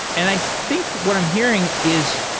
and i think what i'm hear ing is